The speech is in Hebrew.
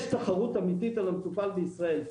יש תחרות אמיתית על המטופל בישראל.